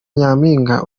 nyampinga